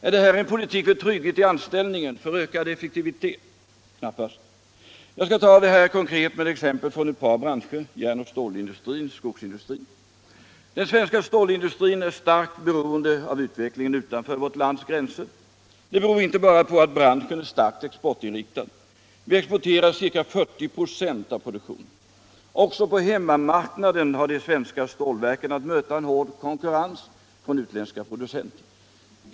Är det här en politik för trygghet i anställningen, för ökad effektivitet? Knappast. Jag skall ta det här konkret med exempel från eu par branscher — järnoch stålindustrin samt skogsindustrin. Den svenska stålindustrin är starkt beroende av utvecklingen utanför vårt lands gränser. Det beror inte bara på att branschen är starkt exportinriktad — vi exporterar ca 40 o av produktionen. Också på hemmamarknaden har de svenska stålverken att möta en hård konkurrens från utländska producenter.